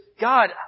God